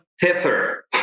Tether